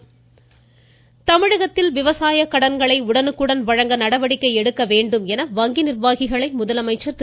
முதலமைச்சர் தமிழகத்தில் விவசாயக் கடன்களை உடனுக்குடன் வழங்க நடவடிக்கை எடுக்க வேண்டும் என வங்கி நிர்வாகிகளை முதலமைச்சர் திரு